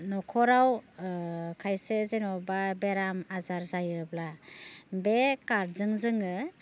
न'खराव खायसे जेन'बा बेराम आजार जायोब्ला बे कार्टजों जोङो